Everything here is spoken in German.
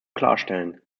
klarstellen